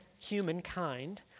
humankind